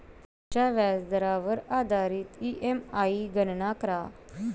तुमच्या व्याजदरावर आधारित ई.एम.आई गणना करा